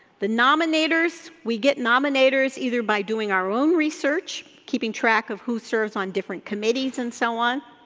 the nominators, we get nominators either by doing our own research, keeping track of who serves on different committees and so on,